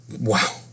Wow